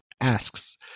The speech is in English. asks